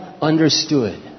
understood